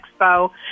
Expo